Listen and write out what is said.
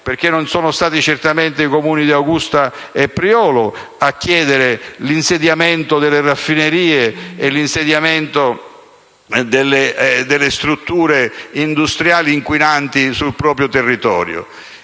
Comune. Non sono stati certamente i Comuni di Augusta e Priolo, infatti, a chiedere l'insediamento delle raffinerie e delle strutture industriali inquinanti sul proprio territorio.